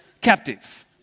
captive